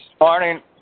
Morning